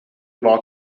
war